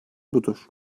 budur